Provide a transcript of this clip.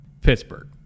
Pittsburgh